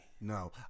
No